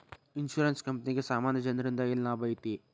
Insurance ಕ್ಂಪನಿಗೆ ಸಾಮಾನ್ಯ ಜನ್ರಿಂದಾ ಏನ್ ಲಾಭೈತಿ?